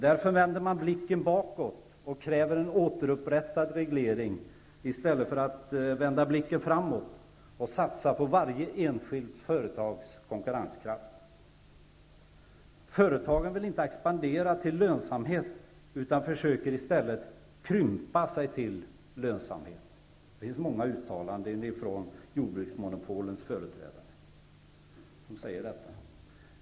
Därför vänder man blicken bakåt och kräver en återupprättad reglering i stället för att vända blicken framåt och satsa på varje enskilt företags konkurrenskraft. Företagen vill inte expandera till lönsamhet, utan de försöker i stället krympa sig till lönsamhet. Det finns många uttalanden om detta från jordbruksmonopolens företrädare.